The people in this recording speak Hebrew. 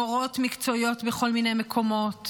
מורות מקצועיות בכל מיני מקומות,